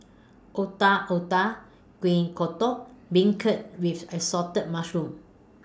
Otak Otak Kuih Kodok Beancurd with Assorted Mushrooms